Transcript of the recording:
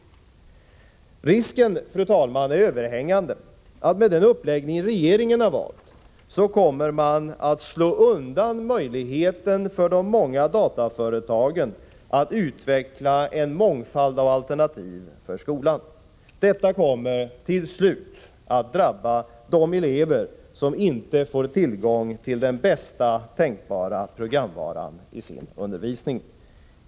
Risken, fru talman, är överhängande att man med den uppläggning regeringen har valt kommer att slå undan möjligheten för de många dataföretagen att utveckla en mångfald av alternativ för skolan. Detta kommer till slut att drabba de elever som inte får tillgång till den bästa tänkbara programvaran i sin undervisning.